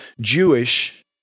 Jewish